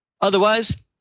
Otherwise